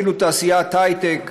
ואפילו תעשיית הייטק.